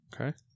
okay